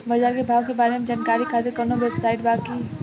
बाजार के भाव के बारे में जानकारी खातिर कवनो वेबसाइट बा की?